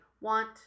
want